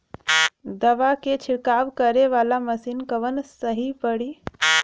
दवा के छिड़काव करे वाला मशीन कवन सही पड़ी?